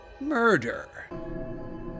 murder